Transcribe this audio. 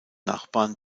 nachbarn